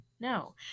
No